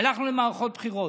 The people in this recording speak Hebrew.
הלכנו למערכות בחירות.